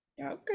okay